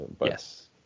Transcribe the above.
Yes